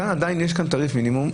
כאן עדיין יש תעריף מינימום.